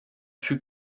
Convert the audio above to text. fut